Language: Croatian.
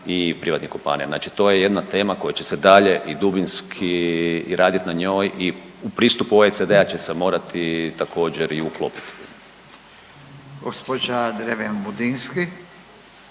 i privatnih kompanija. Znači to je jedna tema koja će se dalje i dubinski radit na njoj i u pristupu OECD-a će se morati također, i uklopiti. **Radin,